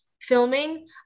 filming